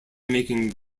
making